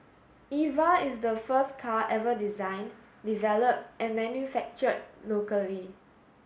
Eva is the first car ever designed developed and manufactured locally